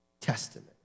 Testament